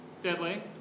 deadly